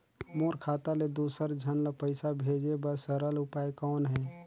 मोर खाता ले दुसर झन ल पईसा भेजे बर सरल उपाय कौन हे?